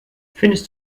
findest